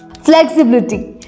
Flexibility